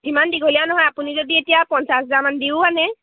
ইমান দীঘলীয়া নহয় আপুনি যদি এতিয়া পঞ্চাছ হাজাৰান দিও আনে